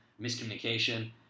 miscommunication